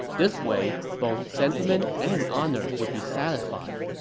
this way, both sentiment and honor would be satisfied.